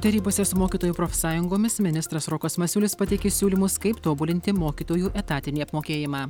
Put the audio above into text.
derybose su mokytojų profsąjungomis ministras rokas masiulis pateikė siūlymus kaip tobulinti mokytojų etatinį apmokėjimą